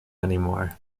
anymore